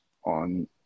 On